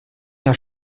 jahr